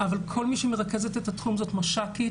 אבל כל מי שמרכזת את התחום זאת מש"קית,